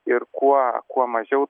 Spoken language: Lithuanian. ir kuo kuo mažiau